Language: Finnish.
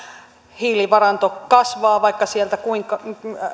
hiilivaranto kasvaa vaikka sieltä kuinka